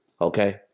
Okay